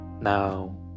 Now